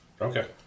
Okay